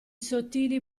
sottili